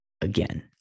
Again